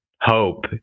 hope